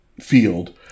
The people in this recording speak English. field